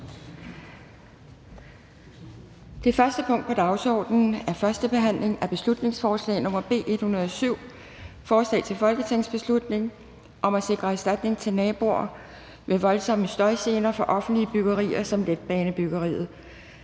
maj 2022 kl. 10.00 Dagsorden 1) 1. behandling af beslutningsforslag nr. B 107: Forslag til folketingsbeslutning om at sikre erstatning til naboer ved voldsomme støjgener fra offentlige byggerier som letbanebyggeriet.